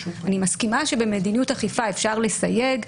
אני מסכימה שבמדיניות אכיפה אפשר לסייג,